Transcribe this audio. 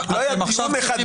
לא היה דיון אחד,